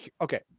Okay